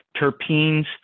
terpenes